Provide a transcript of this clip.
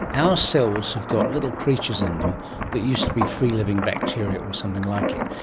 our cells have got little creatures in them that used to be free-living bacteria or something like it.